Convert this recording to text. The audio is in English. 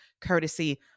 courtesy